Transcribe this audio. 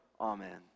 Amen